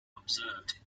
observed